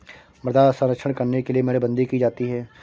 मृदा संरक्षण करने के लिए मेड़बंदी की जाती है